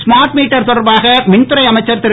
smart meter தொடர்பாக மின்துறை அமைச்சர் திரு